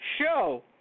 show